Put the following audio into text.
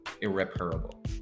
irreparable